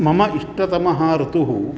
मम इष्टतमः ऋतुः